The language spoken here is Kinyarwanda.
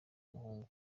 umuhungu